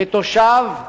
כתושב,